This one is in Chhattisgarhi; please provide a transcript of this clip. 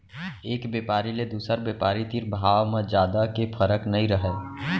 एक बेपारी ले दुसर बेपारी तीर भाव म जादा के फरक नइ रहय